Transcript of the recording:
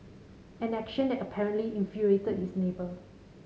an action that apparently infuriated his neighbour